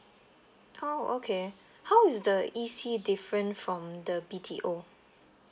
oh okay how is the E_C different from the B_T_O